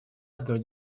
одной